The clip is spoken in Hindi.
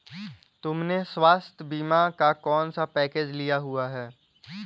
तुमने स्वास्थ्य बीमा का कौन सा पैकेज लिया हुआ है?